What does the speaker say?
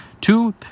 Two